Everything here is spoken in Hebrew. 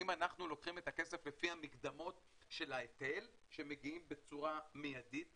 האם אנחנו לוקחים את הכסף לפי המקדמות של ההיטל שמגיעות בצורה מיידית,